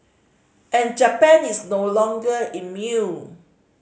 and Japan is no longer immune